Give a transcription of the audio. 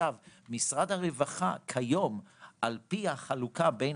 משרד הרווחה כיום על פי החלוקה בין